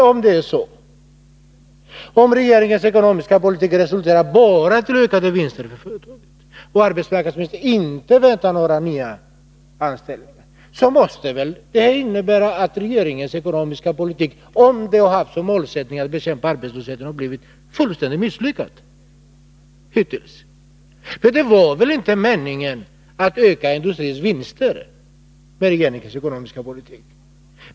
Om regeringens ekonomiska politik bara resulterar i ökade vinster för företagen och arbetsmarknadsministern inte väntar några nya anställningar, måste det väl innebära att regeringens ekonomiska politik —-om den har haft som mål att bekämpa arbetslösheten — har varit fullständigt misslyckad hittills? För det var väl inte meningen att öka industrins vinster med regeringens ekonomiska politik?